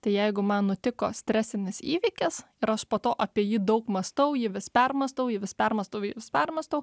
tai jeigu man nutiko stresinis įvykis ir po to apie jį daug mąstau jį vis permąstau jį vis permąstau jį vis permąstau